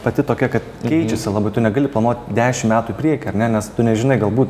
pati tokia kad keičiasi labai tu negali planuot dešim metų į priekį ar ne nes tu nežinai galbūt